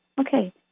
Okay